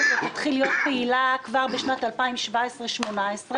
המדוברת תתחיל להיות פעילה כבר בשנת 2017 2018,